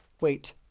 Wait